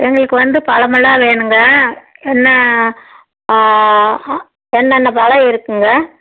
எங்களுக்கு வந்து பழமெல்லாம் வேணும்ங்க நான் என்னென்ன பழம் இருக்குங்க